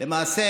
למעשה